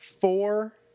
Four